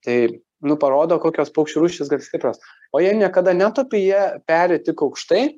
tai nu parodo kokios paukščių rūšys gan stiprios o jie niekada netupia jie peri tik aukštai